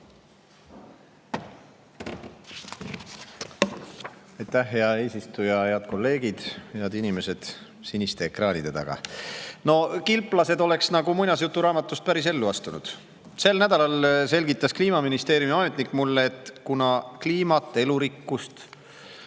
Aitäh, hea eesistuja! Head kolleegid! Head inimesed siniste ekraanide taga! No kilplased oleks nagu muinasjuturaamatust pärisellu astunud. Sel nädalal selgitas Kliimaministeeriumi ametnik mulle, et kuna kliimat, elurikkust